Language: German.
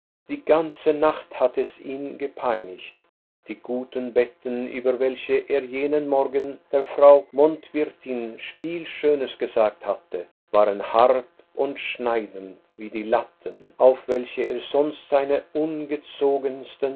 die ganze nacht hatte es ihn gepeinigt die guten betten über welche er jenen morgen der frau mondwirtin viel schönes gesagt hatte waren hart und schneidend wie die latten auf welche er sonst seine ungezogensten